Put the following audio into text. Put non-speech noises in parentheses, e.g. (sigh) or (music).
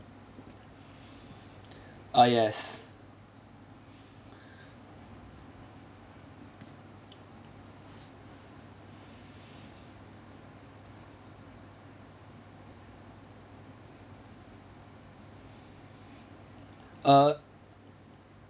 (breath) uh yes (breath) uh